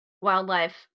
wildlife